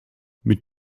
mit